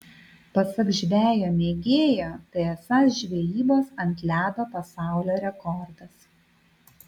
pasak žvejo mėgėjo tai esąs žvejybos ant ledo pasaulio rekordas